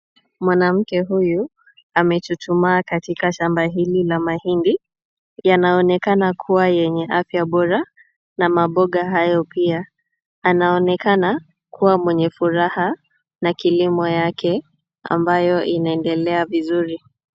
Mwanamke huyu amechuchumaa katika shamba hili la mahindi. Yanaonekana kuwa yenye afya bora na mamboga hayo pia. Anaonekana kuwa mwenye furaha na kilimo yake ambayo inaendelea vizuri.